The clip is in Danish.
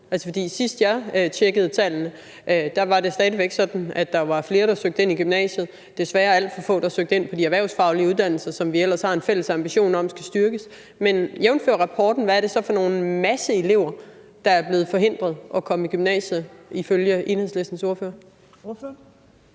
Altså, fordi sidst jeg tjekkede tallene, var det stadig væk sådan, at der var flere, der søgte ind i gymnasiet, og desværre alt for få, der søgte ind på de erhvervsfaglige uddannelser, som vi ellers har en fælles ambition om skal styrkes. Men jævnfør rapporten, hvad er det så for en masse unge, der er blevet forhindret i at komme i gymnasiet, ifølge Enhedslistens ordfører? Kl.